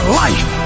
life